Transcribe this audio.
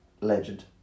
Legend